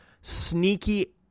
sneaky